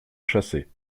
chassé